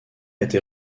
était